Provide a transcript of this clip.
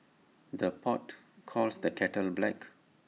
the pot calls the kettle black